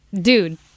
Dude